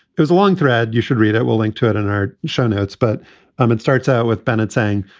it was a long thread. you should read it. we'll link to it on and our show notes. but um it starts out with bennett saying,